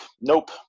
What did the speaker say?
nope